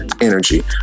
energy